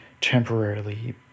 temporarily